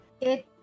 It-